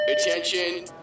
Attention